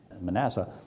Manasseh